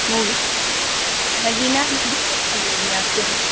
movie Nagina movie कब लगेगी आपके वहाँ